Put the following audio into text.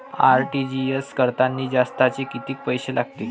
RTGS करतांनी जास्तचे कितीक पैसे लागते?